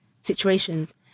situations